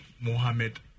Mohammed